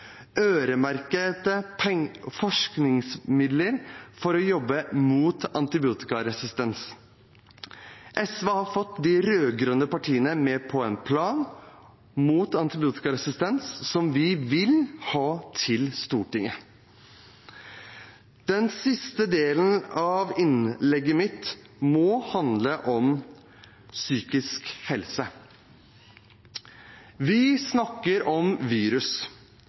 forskningsmidler for å jobbe mot antibiotikaresistens SV har fått de rød-grønne partiene med på en plan mot antibiotikaresistens som vi vil skal sendes til Stortinget. Det siste delen av innlegget mitt må handle om psykisk helse. Vi snakker om virus,